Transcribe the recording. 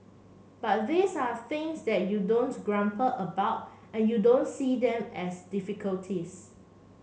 but these are things that you don't grumble about and you don't see them as difficulties